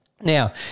Now